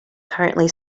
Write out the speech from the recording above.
currently